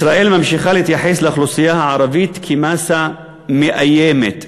ישראל ממשיכה להתייחס לאוכלוסייה הערבית כמאסה מאיימת,